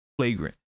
flagrant